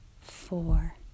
four